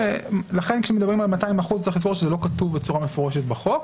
לכן כשמדברים על 200% צריך לזכור שזה לא כתוב בצורה מפורשת בחוק,